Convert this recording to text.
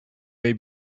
may